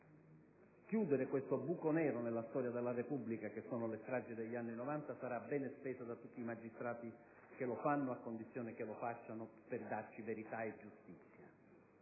chiudere il buco nero nella storia della Repubblica rappresentato da quelle stragi sarà ben spesa da tutti i magistrati che lo fanno, a condizione che lo facciano per darci verità e giustizia),